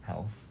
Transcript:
health